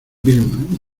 vilma